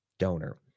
donor